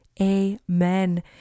amen